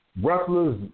Wrestlers